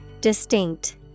distinct